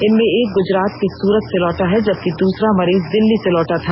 इनमें एक गुजरात के सूरत से लौटा है जबकि दूसरा मरीज दिल्ली से लौटा था